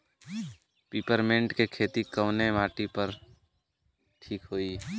Peppermint के खेती कवने माटी पे ठीक होई?